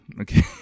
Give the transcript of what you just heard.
Okay